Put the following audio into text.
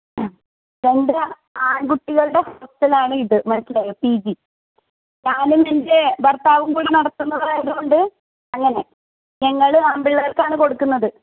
അ രണ്ട് ആൺകുട്ടികളുടെ ഹോസ്റ്റലാണ് ഇത് മനസ്സിലായോ പീ ജി ഞാനും എന്റെ ഭർത്താവും കകൂടെ നടത്തുന്നതായതുകൊണ്ട് അങ്ങനെ ഞങ്ങൾ ആൺപിള്ളേർക്കാണ് കൊടുക്കുന്നത്